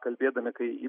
kalbėdami kai